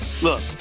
Look